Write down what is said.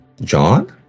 John